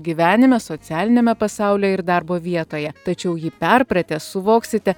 gyvenime socialiniame pasaulyje ir darbo vietoje tačiau jį perpratę suvoksite